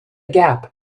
gap